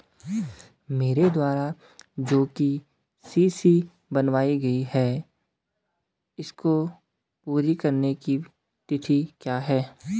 मेरे द्वारा जो के.सी.सी बनवायी गयी है इसको पूरी करने की तिथि क्या है?